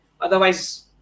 Otherwise